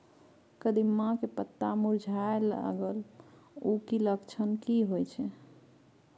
कदिम्मा के पत्ता मुरझाय लागल उ कि लक्षण होय छै?